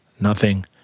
Nothing